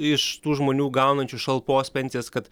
iš tų žmonių gaunančių šalpos pensijas kad